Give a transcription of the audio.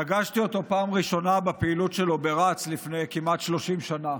פגשתי אותו פעם ראשונה בפעילות שלו ברצ לפני כמעט 30 שנה.